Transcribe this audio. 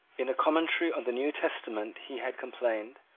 in a commentary on the new testament he had complained,